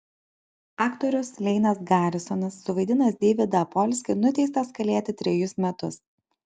aktorius leinas garisonas suvaidinęs deividą apolskį nuteistas kalėti trejus metus